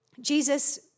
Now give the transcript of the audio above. Jesus